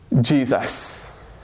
Jesus